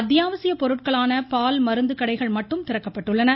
அத்தியாவசியப் பொருட்களான பால் மருந்து கடைகள் மட்டும் திறக்கப்பட்டுள்ளன